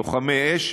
לוחמי אש,